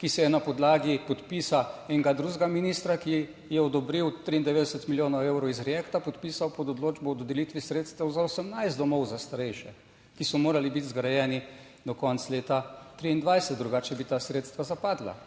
ki se je na podlagi podpisa enega drugega ministra, ki je odobril 93 milijonov evrov iz Reacta, podpisal pod odločbo o dodelitvi sredstev za 18 domov za starejše, ki so morali biti zgrajeni do konca leta 2023. Drugače bi ta sredstva zapadla